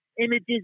images